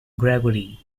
gregory